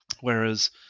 Whereas